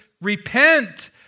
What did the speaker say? repent